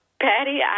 Patty